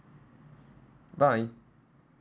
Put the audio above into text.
bye